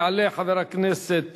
יעלה חבר הכנסת